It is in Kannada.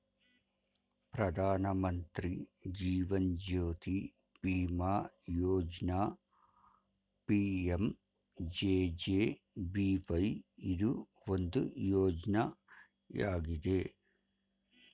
ಪ್ರಧಾನ ಮಂತ್ರಿ ಜೀವನ್ ಜ್ಯೋತಿ ಬಿಮಾ ಯೋಜ್ನ ಪಿ.ಎಂ.ಜೆ.ಜೆ.ಬಿ.ವೈ ಇದು ಒಂದು ಯೋಜ್ನಯಾಗಿದೆ